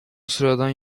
sıradan